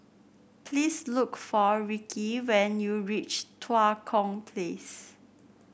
please look for Ricci when you reach Tua Kong Place